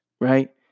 right